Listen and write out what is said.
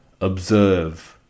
observe